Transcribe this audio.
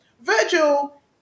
Virgil